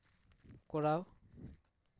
ᱠᱚᱨᱟᱣ